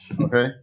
Okay